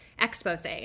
expose